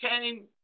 came